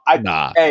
nah